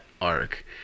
arc